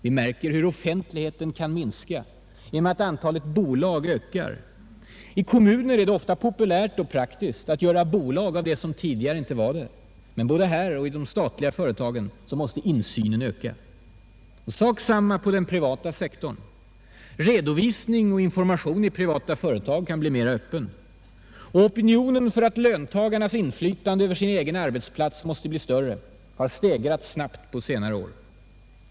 Vi märker hur offentligheten kan minska genom att antalet bolag ökar. I kommuner är det ofta populärt och praktiskt att göra bolag av det som tidigare inte var det. Men både här och i statliga företag måste insynen öka. Sak samma på den privata sektorn. Redovisning och information kan bli mera öppen. Opinionen för att löntagarnas inflytande över sin egen arbetsplats måste bli större har stegrats snabbt på senare år.